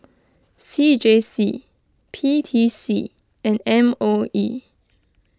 C J C P T C and M O E